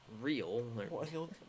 real